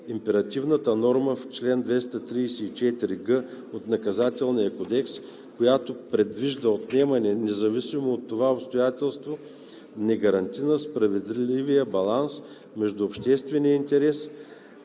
императивната норма в чл. 234г от Наказателния кодекс, която предвижда отнемане независимо от това обстоятелство, не гарантира справедлив баланс между обществения интерес